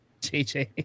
jj